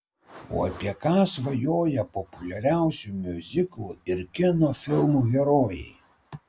o apie ką svajoja populiariausių miuziklų ir kino filmų herojai